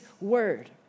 word